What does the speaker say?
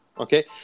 Okay